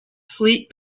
fleet